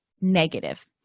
negative